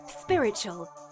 spiritual